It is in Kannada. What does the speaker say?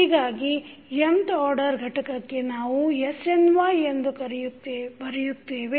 ಹೀಗಾಗಿ nth ಆರ್ಡರ್ ಘಟಕಕ್ಕೆ ನಾವು snY ಎಂದು ಬರೆಯುತ್ತೇವೆ